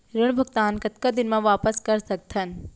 ऋण भुगतान कतका दिन म वापस कर सकथन?